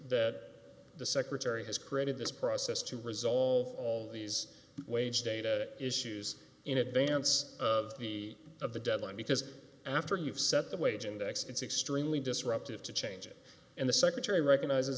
that the secretary has created this process to resolve all these wage data issues in advance of the of the deadline because after you've set the wage index it's extremely disruptive to change it and the secretary recognizes